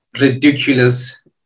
ridiculous